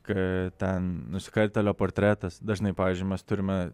ką ten nusikaltėlio portretas dažnai pavyzdžiui mes turime